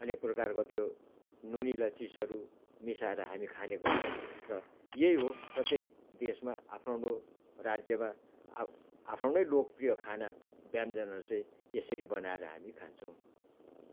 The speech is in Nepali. अनेक प्रकारको त्यो नुनिला चिजहरू मिसाएर हामी खाने गर्छौँ र यही हो प्रत्येक देशमा आफ्नो आफ्नो राज्यमा अब आफ्नो आफ्नै लोकप्रिय खाना व्यञ्जनहरू चाहिँ यसरी बनाएर हामी खान्छौँ